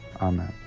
Amen